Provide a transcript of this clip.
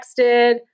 texted